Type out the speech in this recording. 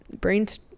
brain's